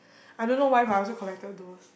I don't know why but I also collected those